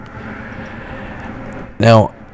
now